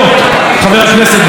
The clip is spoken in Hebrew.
חבר הכנסת בן ראובן,